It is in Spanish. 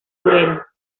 obrera